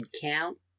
count